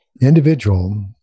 individual